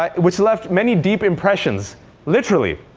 um which left many deep impressions literally.